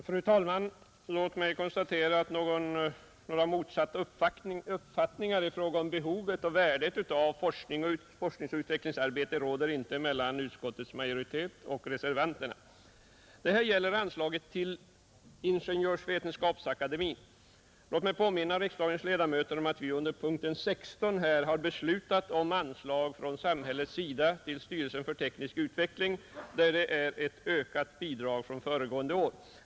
Fru talman! Låt mig konstatera att några motsatta uppfattningar i fråga om behovet och värdet av forskningsoch utvecklingsarbete inte råder mellan utskottets majoritet och reservanterna. Det gäller anslaget till Ingenjörsvetenskapsakademien, och jag vill påminna riksdagens ledamöter om att vi under punkten 16 har beslutat om anslag från samhällets sida till styrelsen för teknisk utveckling och att det där blir ett ökat bidrag i förhållande till föregående år.